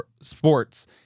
sports